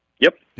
yep.